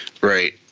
Right